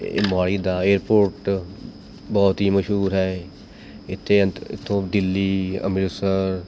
ਇਹ ਮੋਹਾਲੀ ਦਾ ਏਅਰਪੋਰਟ ਬਹੁਤ ਹੀ ਮਸ਼ਹੂਰ ਹੈ ਇੱਥੇ ਇ ਇੱਥੋਂ ਦਿੱਲੀ ਅੰਮ੍ਰਿਤਸਰ